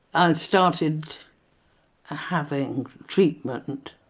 i started ah having treatment,